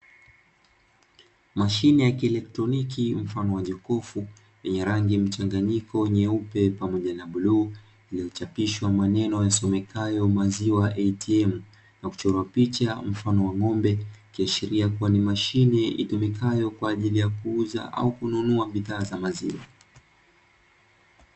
Mashine ya kielektroniki mfano wa nyakufu yenye rangi mchanganyiko nyeupe pamoja na uchapishwa maneno yasomekayo maziwa a t m na kuchora picha mfano wa ng'ombe kiashiria kuwa ni mashine itumikayo kwa ajili ya kuuza au kununua bidhaa za maziwa.